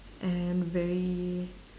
and very